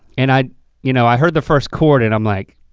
and i you know i heard the first chord and i'm like,